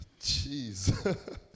Jeez